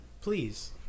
Please